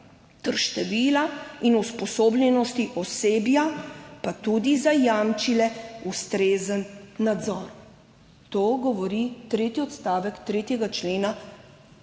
ter števila in usposobljenosti osebja, pa tudi zajamčile ustrezen nadzor.« To govori tretji odstavek 3. člena